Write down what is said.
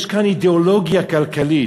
יש כאן אידיאולוגיה כלכלית.